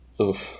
oof